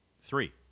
three